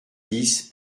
dix